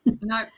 no